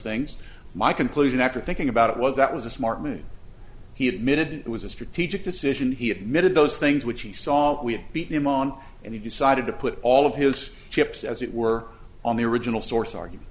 things my conclusion after thinking about it was that was a smart move he admitted it was a strategic decision he admitted those things which he saw we had beat him on and he decided to put all of his chips as it were on the original